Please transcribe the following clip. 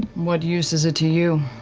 what use is it to you?